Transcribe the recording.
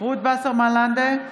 רות וסרמן לנדה,